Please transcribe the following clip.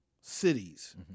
cities